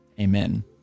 Amen